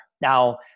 now